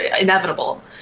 inevitable